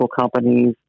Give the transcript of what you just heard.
companies